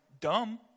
dumb